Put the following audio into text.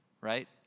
right